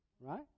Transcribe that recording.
Right